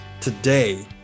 today